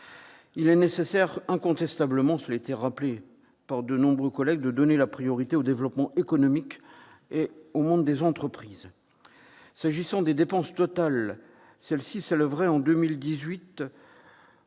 Il est incontestablement nécessaire, cela a été rappelé par de nombreux collègues, de donner la priorité au développement économique et au monde des entreprises. S'agissant des dépenses totales, elles s'élèveraient en 2018